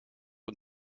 und